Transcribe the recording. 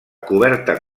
coberta